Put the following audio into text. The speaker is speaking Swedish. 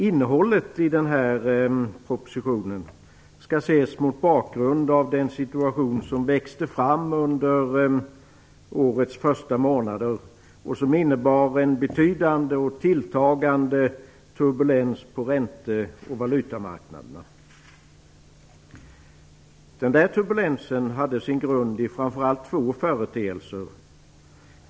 Innehållet i denna proposition skall ses mot bakgrund av den situation som växte fram under årets första månader och som innebar en betydande och tilltagande turbulens på ränte och valutamarknaderna. Den turbulensen hade sin grund i framför allt två företeelser.